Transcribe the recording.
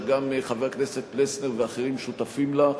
שגם חבר הכנסת פלסנר ואחרים שותפים לה,